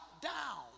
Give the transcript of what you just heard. down